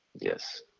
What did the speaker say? yes